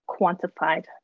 quantified